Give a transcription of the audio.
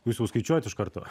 jūs jau skaičiuojat iš karto